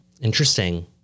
Interesting